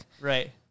Right